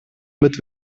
mit